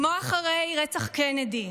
כמו אחרי רצח קנדי,